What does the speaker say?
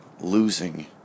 losing